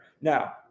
now